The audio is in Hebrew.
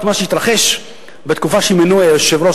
את מה שהתרחש בתקופה של מינוי היושב-ראש